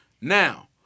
Now